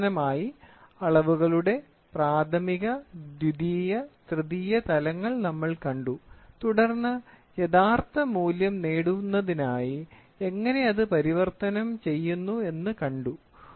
അവസാനമായി അളവുകളുടെ പ്രാഥമിക ദ്വിതീയ തൃതീയ തലങ്ങൾ നമ്മൾ കണ്ടു തുടർന്ന് യഥാർത്ഥ മൂല്യം നേടുന്നതിനായി എങ്ങനെ അത് പരിവർത്തനം ചെയ്യുന്നു എന്ന് കണ്ടു